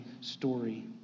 story